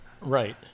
Right